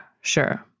sure